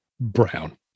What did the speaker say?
brown